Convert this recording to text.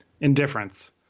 Indifference